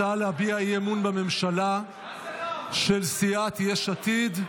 הצעה להביע אי-אמון בממשלה של סיעת יש עתיד.